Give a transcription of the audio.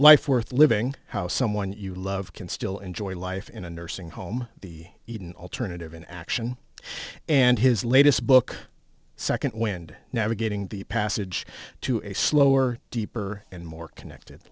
life worth living how someone you love can still enjoy life in a nursing home the alternative in action and his latest book second wind navigating the passage to a slower deeper and more connected